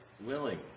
willing